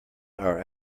our